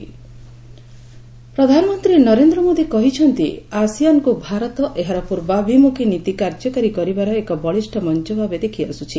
PM ASEAN ପ୍ରଧାନମନ୍ତ୍ରୀ ନରେନ୍ଦ୍ର ମୋଦି କହିଛନ୍ତି ଆସିଆନ୍କୁ ଭାରତ ଏହାର ପୂର୍ବାଭିମ୍ରଖୀ ନୀତି କାର୍ଯ୍ୟକାରୀ କରିବାର ଏକ ବଳିଷ୍ଠ ମଞ୍ଚ ଭାବେ ଦେଖିଆସ୍ରଛି